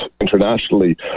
internationally